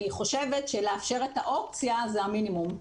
אני חושבת שלאפשר את האופציה זה המינימום.